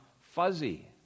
fuzzy